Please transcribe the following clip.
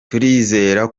turizera